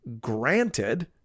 granted